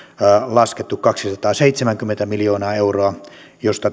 laskettu kaksisataaseitsemänkymmentä miljoonaa euroa josta